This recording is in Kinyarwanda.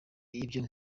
ibyo